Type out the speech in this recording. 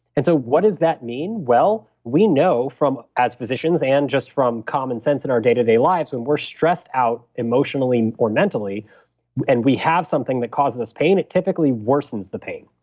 and so what does that mean? well, we know as physicians and just from common sense in our day to day lives, when we're stressed out emotionally or mentally and we have something that causes us pain, it typically worsens the pain.